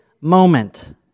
moment